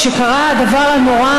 כשקרה הדבר הנורא,